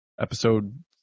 episode